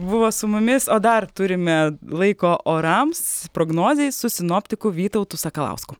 buvo su mumis o dar turime laiko orams prognozei su sinoptiku vytautu sakalausku